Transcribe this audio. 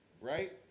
Right